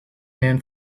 man